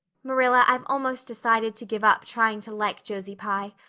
marilla i've almost decided to give up trying to like josie pye.